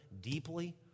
deeply